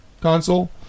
console